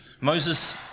Moses